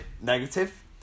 negative